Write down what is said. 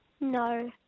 No